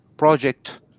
Project